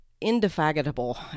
indefatigable